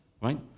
right